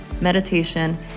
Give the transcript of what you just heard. meditation